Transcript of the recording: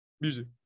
music